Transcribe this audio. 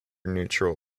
neutral